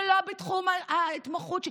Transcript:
זה לא בתחום ההתמחות שלי.